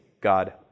God